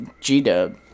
G-Dub